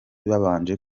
babanje